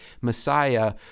Messiah